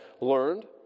learned